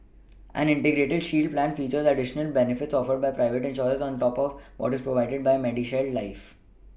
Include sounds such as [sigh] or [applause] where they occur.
[noise] an Integrated shield plan features additional benefits offered by private insurers on top of what is provided by MediShield life